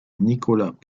nicolas